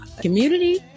community